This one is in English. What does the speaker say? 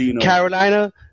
Carolina